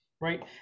Right